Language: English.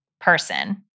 person